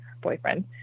boyfriend